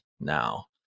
now